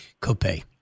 copay